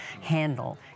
handle